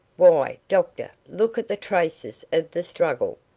why, doctor, look at the traces of the struggle.